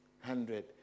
hundred